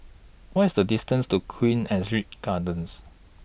What IS The distance to Queen Astrid Gardens